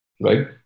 right